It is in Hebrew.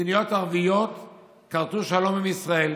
מדינות ערביות כרתו שלום עם ישראל,